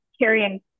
carrying